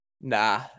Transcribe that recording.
Nah